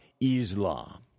Islam